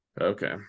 Okay